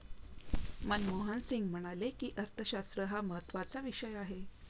मनमोहन सिंग म्हणाले की, अर्थशास्त्र हा महत्त्वाचा विषय आहे